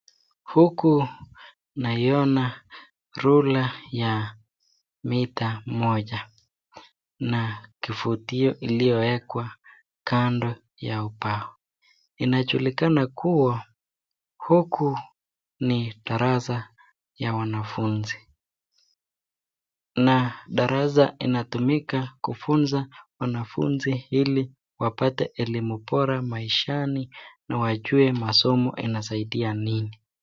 Huku naiona rula ya mita moja na kifutio iliyowekwa kando ya ubao. Inajulikana kuwa huku ni darasa ya wanafunzi na darasa inatumika kufunza wanafunzi ili wapate elimu bora maishani na wajue masomo inasaidia nini.